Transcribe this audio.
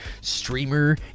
Streamer